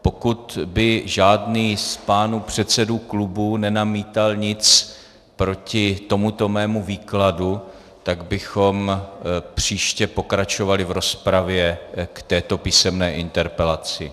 Pokud by žádný z pánů předsedů klubů nenamítal nic proti tomuto mému výkladu, tak bychom příště pokračovali v rozpravě k této písemné interpelaci.